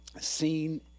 seen